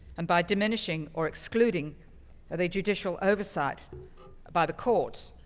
and by diminishing or excluding the judicial oversight by the courts,